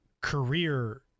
career –